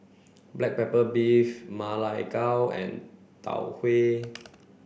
black pepper beef Ma Lai Gao and Tau Huay